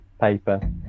paper